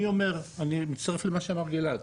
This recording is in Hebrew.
אני מצטרף למה שאמר גלעד,